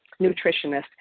nutritionist